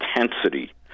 intensity